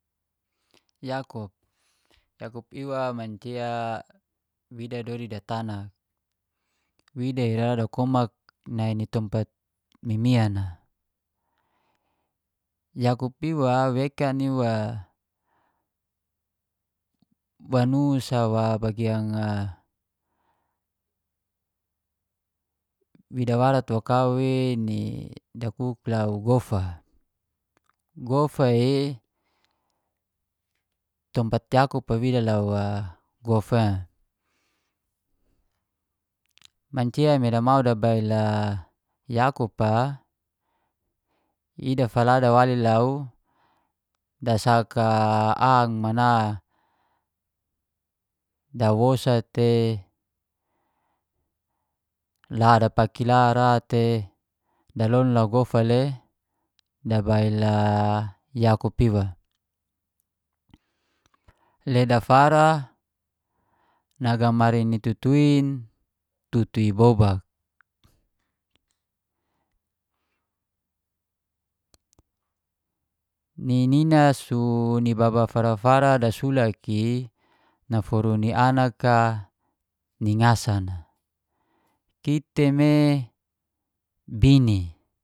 Yakup, yaqup iwa mancia wida dodi datanak. Wida ira dakomak nai ni tompat mimian a. Yakkup iwa wekan iwa, wanu sa wa bagian a wida warat bo kau we dakuk lau gofa. Gofa i tompat yakup wida lau a gofa e, manci me damau dabail ayakup a i dafala dawali lau dasaka ang mana, dawosa te, la dapaki la ra te. Dalon lau gofa le dabail yakup iwa, le dafara nagamari ni tutuin tutu i bobak. Nina si ni baba fara-fara dasulak i naforu ni anak a ni ngasan a kiti me bini.